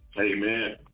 Amen